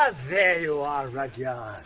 ah there you are, rudyard!